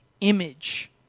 image